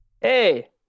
Hey